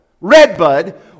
Redbud